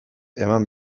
eman